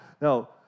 now